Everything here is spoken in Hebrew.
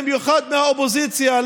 במיוחד מהאופוזיציה,